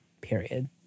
Period